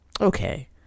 Okay